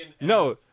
no